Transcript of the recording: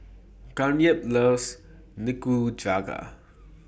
Kathyrn loves Nikujaga